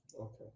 Okay